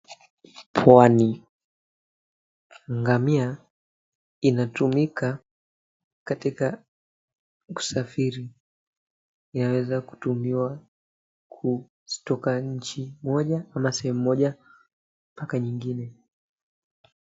Pwani, ngamia inatumika katika kusafiri. Yaweza kutumiwa kutoka nchi moja ama sehemu moja mpaka nyingine.